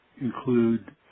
include